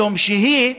משום שהיא,